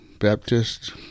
Baptist